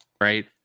Right